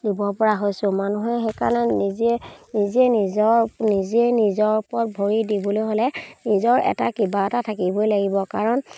দিব পৰা হৈছোঁ মানুহে সেইকাৰণে নিজে নিজে নিজৰ নিজে নিজৰ ওপৰত ভৰি দিবলৈ হ'লে নিজৰ এটা কিবা এটা থাকিবই লাগিব কাৰণ